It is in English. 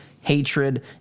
hatred